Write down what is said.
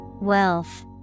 Wealth